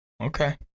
Okay